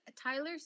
Tyler